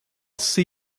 see